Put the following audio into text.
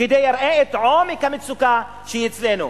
כדי שיראה את עומק המצוקה שאצלנו.